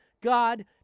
God